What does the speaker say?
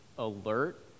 alert